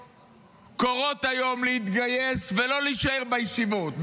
ורבניות קוראים היום להתגייס ולא להישאר בישיבות.